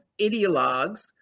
ideologues